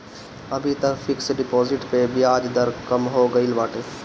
अबही तअ fix deposit पअ बियाज दर कम हो गईल बाटे